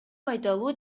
пайдалуу